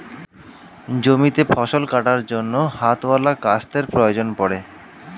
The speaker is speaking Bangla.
জমিতে ফসল কাটার জন্য হাতওয়ালা কাস্তের প্রয়োজন পড়ে